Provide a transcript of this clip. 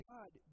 God